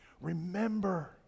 Remember